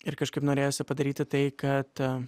ir kažkaip norėjosi padaryti tai kad am